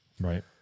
Right